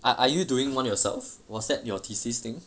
are are you doing one yourself was that your thesis thing